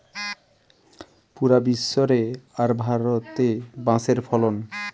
পুরা বিশ্ব রে আর ভারতে বাঁশের ফলন